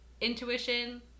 intuition